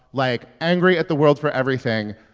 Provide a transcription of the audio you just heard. like, angry at the world for everything.